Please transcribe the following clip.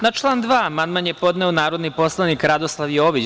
Na član 2. amandman je podneo narodni poslanik Radoslav Jović.